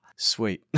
Sweet